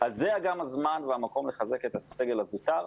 זה גם הזמן והמקום לחזק את הסגל הזוטר,